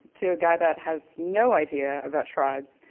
to a guy that has no idea about tribes,